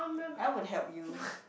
I would help you